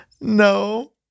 no